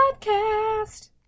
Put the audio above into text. Podcast